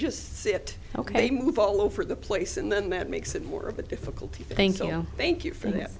just sit ok move all over the place and then that makes it more of a difficulty thank you thank you for that